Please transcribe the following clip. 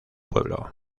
pueblo